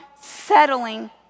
settling